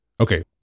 Okay